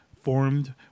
formed